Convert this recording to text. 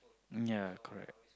ya correct